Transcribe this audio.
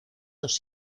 dos